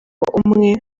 umwe